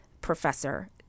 professor